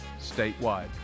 statewide